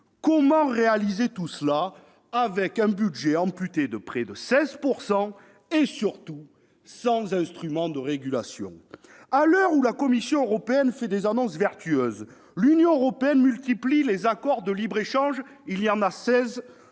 comment réaliser tout cela avec un budget amputé de près de 16 % et, surtout, sans instrument de régulation ? À l'heure où la Commission européenne fait des annonces vertueuses, l'Union multiplie les accords de libre-échange- seize